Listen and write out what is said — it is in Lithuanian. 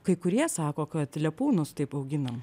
kai kurie sako kad lepūnus taip auginam